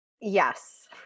Yes